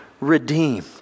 redeemed